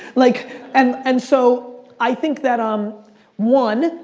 like and and so, i think that, um one,